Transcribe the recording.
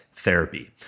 therapy